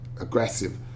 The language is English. aggressive